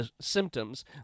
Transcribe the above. symptoms